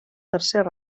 tercer